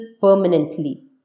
permanently